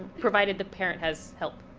provided the parent has help.